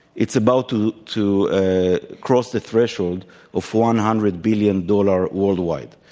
it's about to to ah cross the threshold of one hundred billion dollars worldwide,